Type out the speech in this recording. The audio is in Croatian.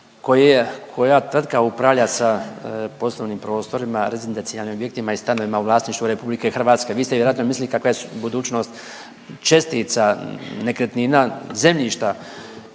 koja tvrtka upravlja sa poslovnim prostorima, rezidencijalnim objektima i stanovima u vlasništvu RH. Vi ste vjerojatno mislili kakva je budućnost čestica nekretnina, zemljišta